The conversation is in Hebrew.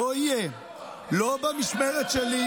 לא יהיה, לא במשמרת שלי.